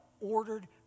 ordered